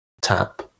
tap